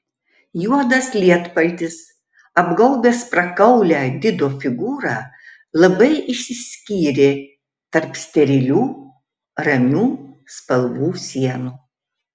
juodas lietpaltis apgaubęs prakaulią dido figūrą labai išsiskyrė tarp sterilių ramių spalvų sienų